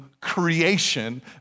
creation